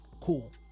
cool